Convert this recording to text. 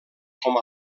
com